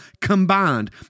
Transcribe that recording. combined